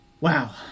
Wow